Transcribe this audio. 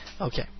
Okay